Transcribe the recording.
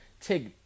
take